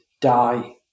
die